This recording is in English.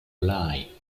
lie